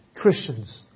Christians